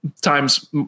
times